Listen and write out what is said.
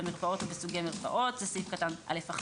במרפאות או בסוגי מרפאות זה סעיף קטן (א1).